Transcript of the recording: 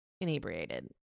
inebriated